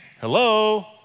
hello